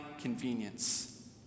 convenience